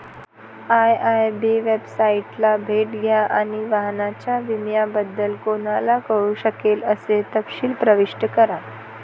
IIB वेबसाइटला भेट द्या आणि वाहनाच्या विम्याबद्दल कोणाला कळू शकेल असे तपशील प्रविष्ट करा